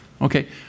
Okay